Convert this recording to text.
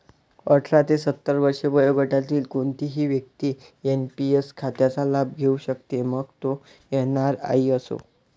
अठरा ते सत्तर वर्षे वयोगटातील कोणतीही व्यक्ती एन.पी.एस खात्याचा लाभ घेऊ शकते, मग तो एन.आर.आई असो